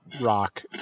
Rock